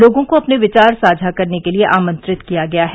लोगों को अपने विचार साझा करने के लिए आमंत्रित किया गया है